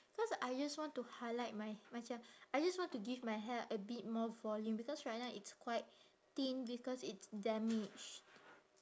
cause I just want to highlight my macam I just want to give my hair a bit more volume because right now it's quite thin because it's damaged